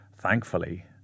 thankfully